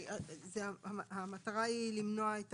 המטרה היא למנוע.